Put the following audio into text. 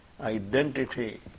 identity